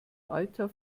alter